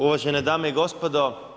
Uvažene dame i gospodo.